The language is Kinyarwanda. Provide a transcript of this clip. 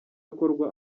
akorwa